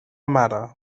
mare